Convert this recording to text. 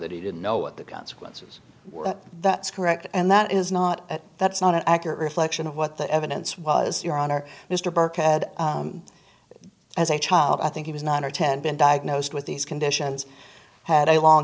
that he didn't know what the consequences that's correct and that is not that's not an accurate reflection of what the evidence was your honor mr birkhead as a child i think he was not her to and been diagnosed with these conditions had a long